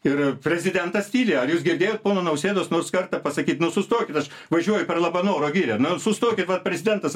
ir prezidentas tyli ar jūs girdėjot pono nausėdos nors kartą pasakyt nu sustokit aš važiuoju per labanoro girią na sustokit va prezidentas